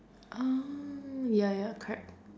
oh ya ya correct